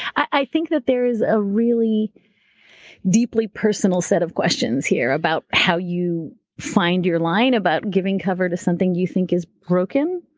i think that there is a really deeply personal set of questions here about how you find your line about giving cover to something that you think is broken.